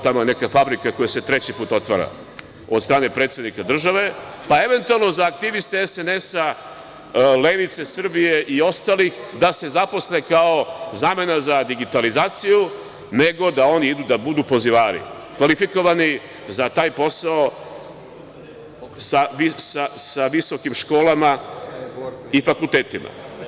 Tamo je neka fabrika koja se treći put otvara od strane predsednika države, pa eventualno za aktiviste SNS-a, Levice Srbije i ostalih da se zaposle kao zamena za digitalizaciju, nego da oni idu da budu pozivari kvalifikovani za taj posao sa visokim školama i fakultetima.